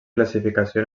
classificació